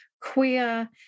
queer